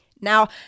Now